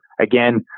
again